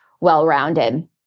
well-rounded